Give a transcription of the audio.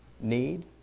need